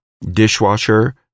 Dishwasher